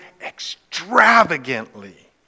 extravagantly